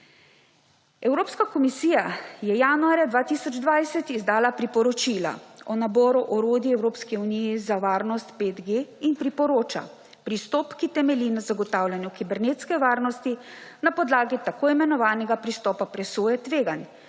Evropska komisija je januarja 2020 izdala priporočila o naboru orodij Evropske unije za varnost 5G in priporoča pristop, ki temelji na zagotavljanju kibernetske varnosti na podlagi tako imenovanega pristopa presoje tveganj,